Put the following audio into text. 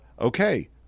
okay